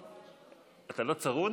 אתה לא צרוד?